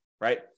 right